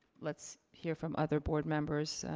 let's hear from other board members,